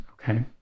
Okay